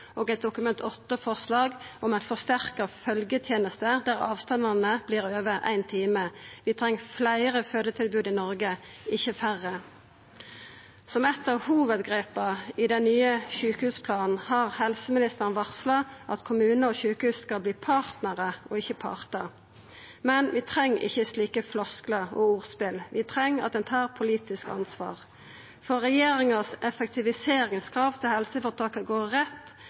og eit Dokument 8-forslag om ei forsterka følgjeteneste der avstandane vert over ein time. Vi treng fleire fødetilbod i Noreg, ikkje færre. Som eit av hovudgrepa i den nye sjukehusplanen har helseministeren varsla at kommunar og sjukehus skal verta partnarar, ikkje partar. Men vi treng ikkje slike flosklar og ordspel. Vi treng at ein tar politisk ansvar, for regjeringas effektiviseringskrav overfor helseføretaka går rett